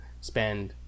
spend